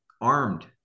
armed